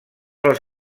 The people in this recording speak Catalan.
les